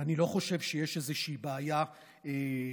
אני לא חושב שיש איזושהי בעיה לפרסם.